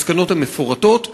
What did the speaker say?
המסקנות המפורטות,